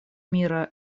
мира